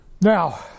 Now